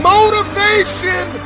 Motivation